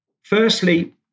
firstly